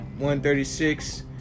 136